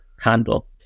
handle